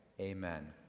Amen